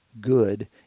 good